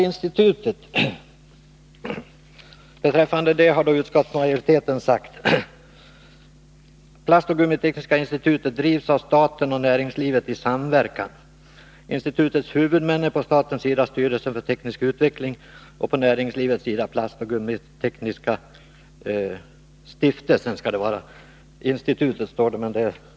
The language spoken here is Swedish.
Utskottsmajoriteten säger om institutet: ”Plastoch gummitekniska institutet drivs av staten och näringslivet i samverkan. Institutets huvudmän är på statens sida styrelsen för teknisk utveckling och på näringslivets sida Plastoch gummitekniska institutet.” — Stiftelsen skall det vara, det måste vara ett tryckfel.